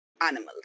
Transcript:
animals